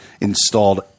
installed